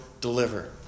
deliver